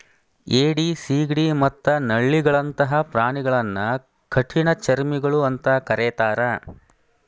ಏಡಿ, ಸಿಗಡಿ ಮತ್ತ ನಳ್ಳಿಗಳಂತ ಪ್ರಾಣಿಗಳನ್ನ ಕಠಿಣಚರ್ಮಿಗಳು ಅಂತ ಕರೇತಾರ